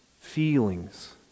feelings